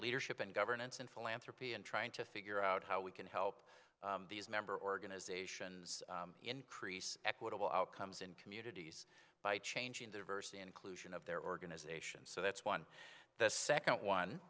leadership and governance and philanthropy and trying to figure out how we can help these member organizations increase equitable outcomes in communities by changing the diversity inclusion of their organizations so that's one the second one